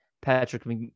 Patrick